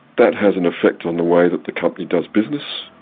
that has an effect on the way that the company does business,